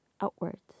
outwards